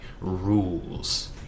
rules